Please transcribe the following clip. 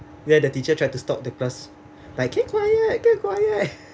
where the teacher tried to stop the class like keep quiet keep quiet